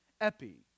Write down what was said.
Epi